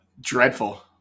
Dreadful